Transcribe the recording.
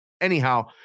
Anyhow